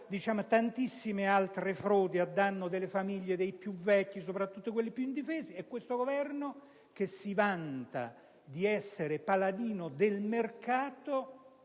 di tantissime altre frodi a danno delle famiglie, dei più anziani e soprattutto delle persone più indifese. E questo Governo, che si vanta di essere paladino del mercato,